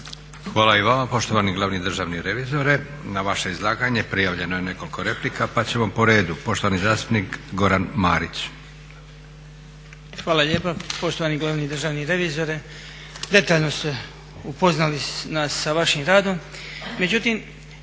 Hvala i vama poštovani glavni državni revizore. Na vaše izlaganje prijavljeno je nekoliko replika. Pa ćemo po redu. Poštovan zastupnik Goran Marić. **Marić, Goran (HDZ)** Hvala lijepa. Poštovani glavni državni revizore detaljno ste upoznali nas sa vašim radom,